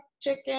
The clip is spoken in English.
chicken